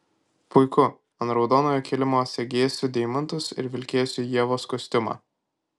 puiku ant raudonojo kilimo segėsiu deimantus ir vilkėsiu ievos kostiumą